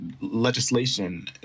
legislation